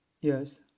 Yes